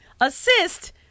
assist